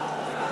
סעיף 3,